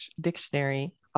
Dictionary